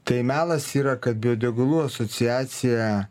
tai melas yra kad biodegalų asociacija